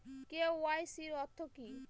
KYC অর্থ কি?